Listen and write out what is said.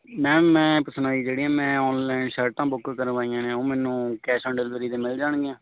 ma'am ਮੈਂ ਇਹੀ ਪੁਛਣਾ ਸੀ ਜੀ ਜਿਹੜੀਆਂ ਮੈਂ ਆਨਲਾਈਨ ਸ਼ਰਟਾਂ ਬੁੱਕ ਕਰਵਾਈਆਂ ਨੇ ਉਹ ਮੈਨੂੰ ਕੈਸ਼ ਓਨ ਡਿਲੀਵਰੀ 'ਤੇ ਮਿਲ ਜਾਣਗੀਆਂ